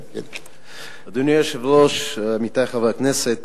אדוני היושב-ראש, עמיתי חברי הכנסת,